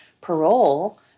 parole